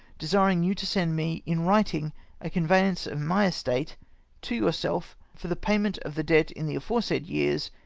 desiring you to send me in writing a con veyance of my estate to yourself for the payment of the debt in the aforesaid years,